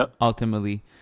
ultimately